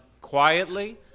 quietly